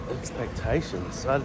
Expectations